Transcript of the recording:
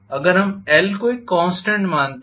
अगर हम को एक कॉन्स्टेंट मानते हैं